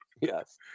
Yes